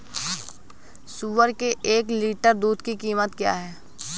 सुअर के एक लीटर दूध की कीमत क्या है?